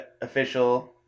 official